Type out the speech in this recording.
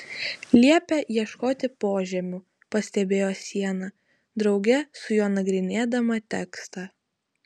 liepia ieškoti požemių pastebėjo siena drauge su juo nagrinėdama tekstą